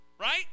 right